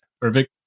perfect